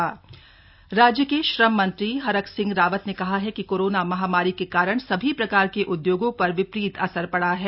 webinar राज्य के श्रम मंत्री हरक सिंह रावत ने कहा है कि कोरोना महामारी के कारण सभी प्रकार के उद्योगों पर विपरीत असर पडा है